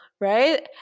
right